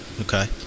Okay